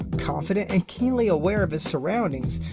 confident and keenly aware of its surroundings,